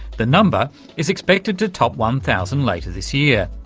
the number is expected to top one thousand later this year.